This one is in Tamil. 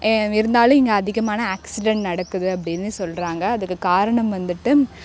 ஏ இருந்தாலும் இங்கே அதிகமான ஆக்ஸிடெண்ட் நடக்குது அப்படின்னு சொல்கிறாங்க அதுக்கு காரணம் வந்துட்டு